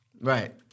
Right